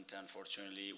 unfortunately